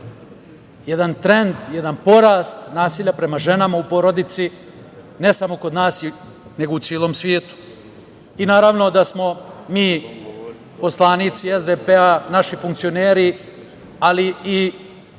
jedan trend, jedan porast nasilja prema ženama u porodici, ne samo kod nas nego u celom svetu. I naravno da smo mi, poslanici SDP, naši funkcioneri, ali i